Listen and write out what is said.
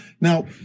Now